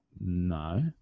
no